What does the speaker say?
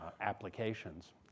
applications